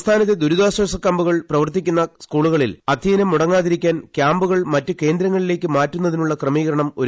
സംസ്ഥാനത്തെ ദുരിതാശ്വാസ ക്യാമ്പുകൾ പ്രവർത്തിക്കുന്ന സ്കൂളുകളിൽ അധ്യയനം മുടങ്ങാതിരിക്കാൻ ക്യാമ്പുകൾ മറ്റ് കേന്ദ്രങ്ങളിലേയ്ക്ക് മാറ്റുന്നതിനുള്ള ക്രമീകരണം ഒരുക്കിയിട്ടുണ്ട്